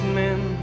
men